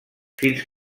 fins